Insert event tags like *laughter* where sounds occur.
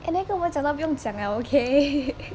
eh 那个我们讲到不用讲了 okay *laughs*